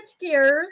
gears